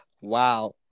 Wow